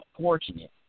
fortunate